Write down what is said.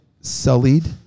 sullied